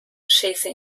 scese